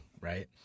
right